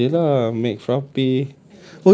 frappe jer lah mcfrappe